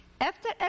After